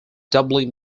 doubling